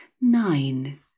Nine